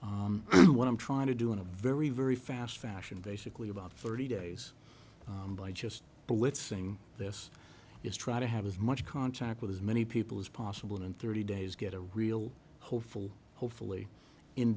and what i'm trying to do in a very very fast fashion basically about thirty days by just blitzing this is try to have as much contact with as many people as possible in thirty days get a real hopeful hopefully in